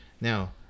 now